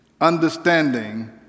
understanding